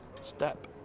step